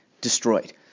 destroyed